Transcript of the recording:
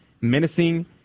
menacing